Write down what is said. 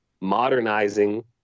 modernizing